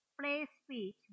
play-speech